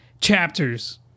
chapters